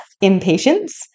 impatience